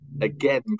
Again